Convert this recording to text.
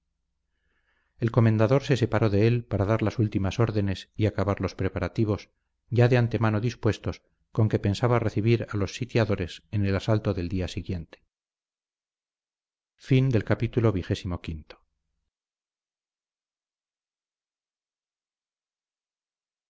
el comendador se separó de él para dar las últimas órdenes y acabar los preparativos ya de antemano dispuestos con que pensaba recibir a los sitiadores en el asalto del día siguiente